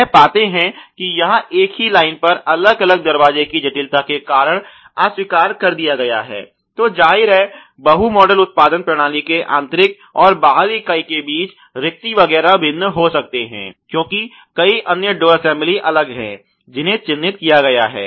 वे पाते हैं कि यह एक ही लाइन पर अलग अलग दरवाजे की जटिलता के कारण अस्वीकार कर दिया गया है तो जाहिर है बहु मॉडल उत्पादन प्रणाली के आंतरिक और बाहरी इकाई के बीच रिक्ति वगैरह भिन्न हो सकते हैं क्योंकि कई अन्य डोर असेंबली अलग हैं जिन्हें चिह्नित किया गया है